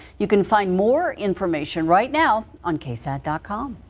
you can find more information right now on ksat dot com.